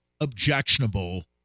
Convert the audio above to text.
objectionable